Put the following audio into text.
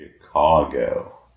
Chicago